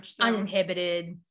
uninhibited